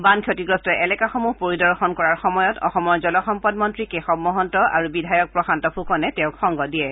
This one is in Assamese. বান ক্ষতিগ্ৰস্ত এলেকাসমূহ পৰিদৰ্শন কৰাৰ সময়ত অসমৰ জল সম্পদ মন্ত্ৰী কেশৱ মহন্ত আৰু বিধায়ক প্ৰশান্ত ফুকনে তেওঁক সংগ দিয়ে